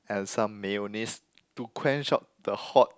and some mayonnaise to quench out the hot